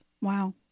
Wow